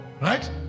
right